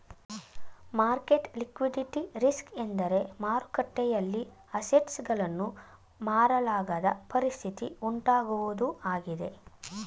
market liquidity risk ಎಂದರೆ ಮಾರುಕಟ್ಟೆಯಲ್ಲಿ assets ಗಳನ್ನು ಮಾರಲಾಗದ ಪರಿಸ್ಥಿತಿ ಉಂಟಾಗುವುದು ಆಗಿದೆ